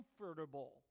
comfortable